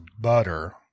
butter